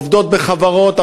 עובדות בחברות,